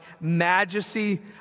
majesty